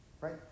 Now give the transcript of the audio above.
Right